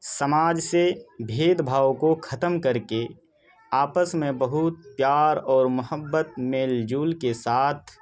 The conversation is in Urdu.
سماج سے بھید بھاؤ کو ختم کر کے آپس میں بہت پیار اور محبت میل جول کے ساتھ